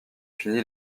fini